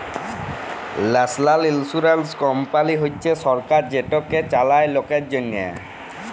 national ইলসুরেলস কমপালি হছে সরকার যেটকে চালায় লকের জ্যনহে